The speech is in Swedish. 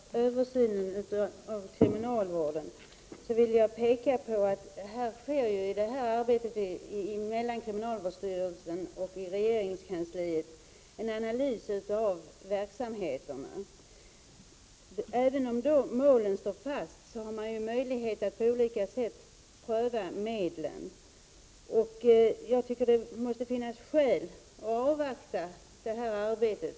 Fru talman! När det gäller översynen av kriminalvården vill jag peka på att det ju i det här arbetet i kriminalvårdsstyrelsen och i regeringskansliet sker en analys av verksamheterna. Även om målen står fast, har man ju möjlighet att på olika sätt pröva medlen. Jag tycker att det finns skäl att avvakta det här arbetet.